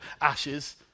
ashes